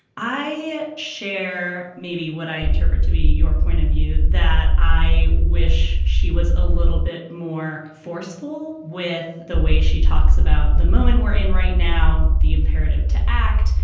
i share maybe what i interpret to be your point of view that i wish she was a little bit more forceful with the way she talks about the moment we're in right now, the imperative to act,